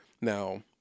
Now